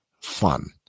fun